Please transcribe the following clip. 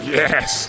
yes